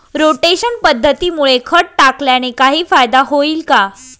Rotation पद्धतीमुळे खत टाकल्याने काही फायदा होईल का?